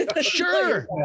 sure